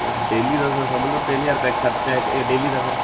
sir daily ਦਾ sir ਸਮਝ ਲਓ ਤਿੰਨ ਹਜ਼ਾਰ ਰੁਪਏ ਖ਼ਰਚਾ ਹੈ ਡੇਲੀ ਦਾ ਸਰ